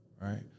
Right